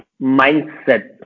mindset